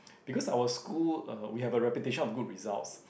because our school uh we have a reputation of good results